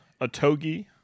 atogi